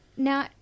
Now